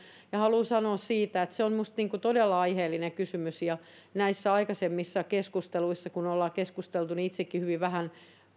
ja haluan sanoa siitä että se on minusta todella aiheellinen kysymys näissä aikaisemmissa keskusteluissa kun ollaan keskusteltu itsekin hyvin vähän